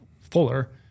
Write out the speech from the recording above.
fuller